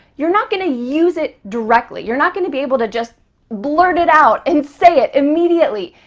you're not gonna use it directly. you're not gonna be able to just blurt it out and say it immediately.